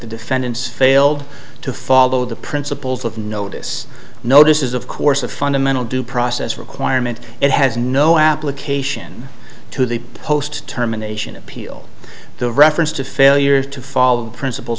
the defendants failed to follow the principles of notice notice is of course a fundamental due process requirement it has no application to the post terminations appeal the reference to failure to follow the principles